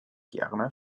gerne